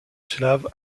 slave